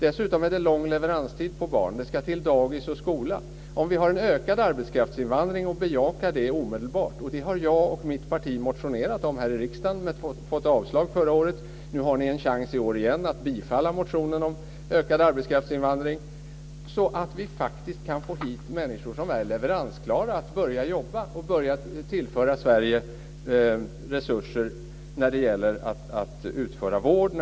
Dessutom är det lång leveranstid på barn. Det ska till dagis och skola. Om vi har en ökad arbetskraftsinvandring och bejakar det omedelbart kan vi få hit människor som är leveransklara att börja jobba och börja tillföra Sverige resurser när det gäller utförande av vård, ingenjörsuppgifter, snickeri osv. Det har jag och mitt parti motionerat om här i riksdagen, men vi fick avslag förra året.